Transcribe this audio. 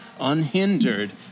unhindered